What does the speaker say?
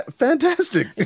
fantastic